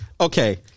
Okay